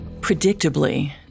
Predictably